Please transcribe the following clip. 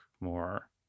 more